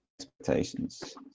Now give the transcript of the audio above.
expectations